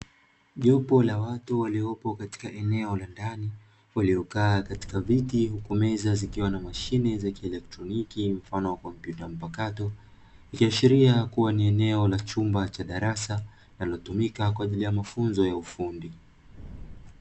Jopo la watu waliopo katika eneo la ndani waliokaa katika viti huku meza zikiwa na mashine za kielektroniki mfano wa kompyuta mpakato, ikiashiria kuwa ni eneo la chumba cha darasa linalotumika kwajili ya mafunzo ya ufundi.